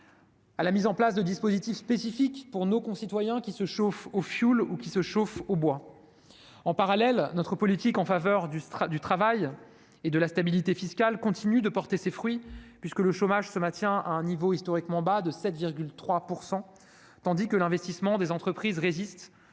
à la mise en place de dispositifs spécifiques pour nos concitoyens qui se chauffent au fioul ou au bois. En parallèle, notre politique en faveur du travail et de la stabilité fiscale continue de porter ses fruits, puisque le chômage se maintient à un niveau historiquement bas- 7,3 %-, tandis que l'investissement des entreprises résiste,